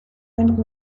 den